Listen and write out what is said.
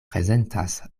prezentas